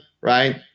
right